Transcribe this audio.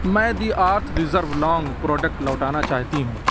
میں the earth reserve long product لوٹانا چاہتی ہوں